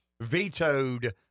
vetoed